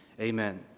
amen